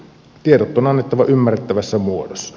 tiedot on annettava ymmärrettävässä muodossa